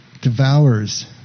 devours